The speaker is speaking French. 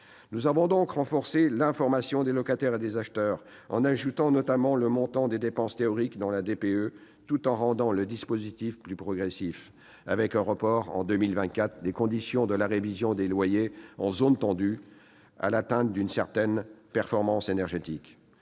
Nous avons donc renforcé l'information des locataires et des acheteurs, en ajoutant notamment le montant des dépenses théoriques dans le DPE, tout en rendant les dispositifs plus progressifs, avec un report à 2024 du conditionnement de la révision des loyers en zone tendue à l'atteinte d'une certaine performance énergétique.